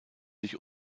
sich